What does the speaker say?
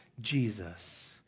Jesus